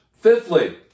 Fifthly